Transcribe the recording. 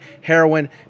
heroin